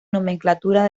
nomenclatura